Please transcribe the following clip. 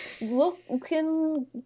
Looking